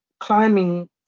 Climbing